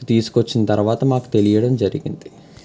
తీసుకొచ్చిన తర్వాత మాకు తెలియడం జరిగింది